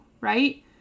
Right